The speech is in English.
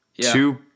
two